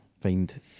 find